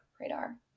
radar